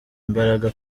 imbaraga